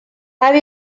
have